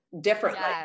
differently